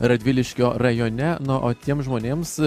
radviliškio rajone nu o tiems žmonėms